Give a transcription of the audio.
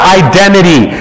identity